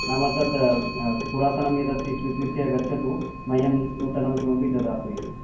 नाम तद् पुरातनं यदस्ति स्वीकृत्य गच्छतु मह्यं नूतनं किमपि ददातु इति